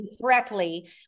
correctly